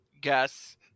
guess